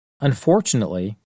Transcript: Unfortunately